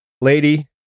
lady